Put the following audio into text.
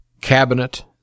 cabinet